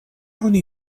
oni